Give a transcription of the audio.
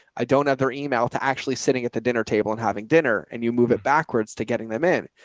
i don't have their email to actually sitting at the dinner table and having dinner and you move it backwards to getting them in.